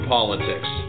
Politics